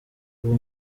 uwo